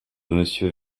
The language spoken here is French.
monsieur